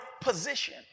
position